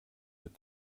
mit